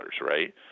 right